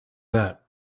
that